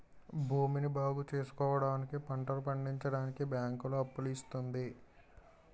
భూమిని బాగుచేసుకోవడానికి, పంటలు పండించడానికి బ్యాంకులు అప్పులు ఇస్తుంది